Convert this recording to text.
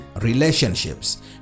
relationships